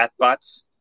chatbots